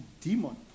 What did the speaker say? demon